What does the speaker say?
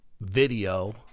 video